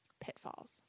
Pitfalls